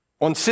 on